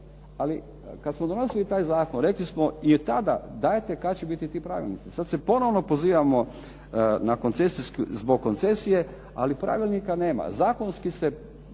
Ali kad smo donosili taj zakon rekli smo i tada dajte kad će biti ti pravilnici. Sad se ponovno pozivamo na zbog koncesije, ali pravilnika nema. Zakonski se